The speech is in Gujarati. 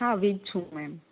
હા હું જ છું મેમ